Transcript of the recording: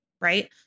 Right